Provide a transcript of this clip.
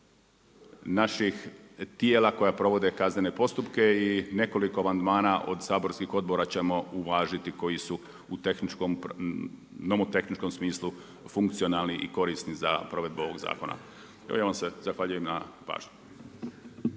naših tijela koje provode kaznene postupke i nekoliko amandmana od saborskih odbora ćemo uvažiti koji su u nomotehničkom smislu funkcionalni i korisni za provedbu ovoga zakona. Evo ja vam se zahvaljujem na pažnji.